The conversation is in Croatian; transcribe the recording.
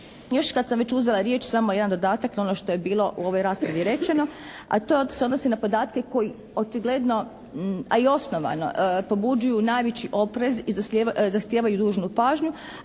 Još kad sam već i uzela riječ samo jedan dodatak na ono što je bilo u ovoj raspravi rečeno a to se odnosi na podatke koji očigledno a i osnovano pobuđuju najveći oprez i zahtijevaju dužnu pažnju,